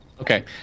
Okay